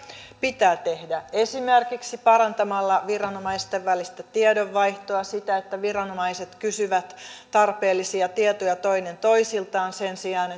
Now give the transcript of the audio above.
pitää tehdä esimerkiksi parantamalla viranomaisten välistä tiedonvaihtoa sitä että viranomaiset kysyvät tarpeellisia tietoja toinen toisiltaan sen sijaan